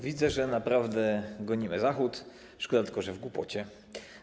Widzę, że naprawdę gonimy Zachód, szkoda tylko, że w głupocie.